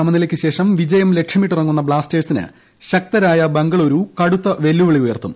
സമനിലക്കുശേഷം വിജയം ലക്ഷ്യമിട്ടിറങ്ങുന്ന ബ്ലാസ്റ്റേഴ്സിന് ശക്തരായ ബംഗളൂരു കടുത്തൂർവെല്ലു്പിളി ഉയർത്തും